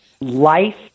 life